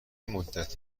مدت